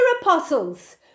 apostles